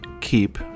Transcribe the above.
Keep